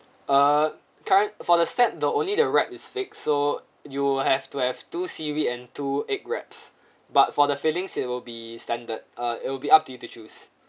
uh current for the set the only the rack is fix so you'll have to have two seaweed and two egg wraps but for the fiilings it will be standard ah it will be up to you to choose